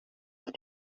auf